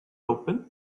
open